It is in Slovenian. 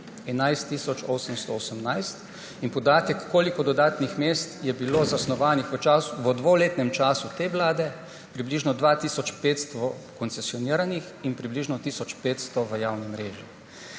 818. In podatek, koliko dodatnih mest je bilo zasnovanih v dvoletnem času te vlade: približno 2 tisoč 500 koncesioniranih in približno tisoč 500 v javni mreži.